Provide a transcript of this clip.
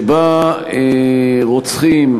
שבה רוצחים,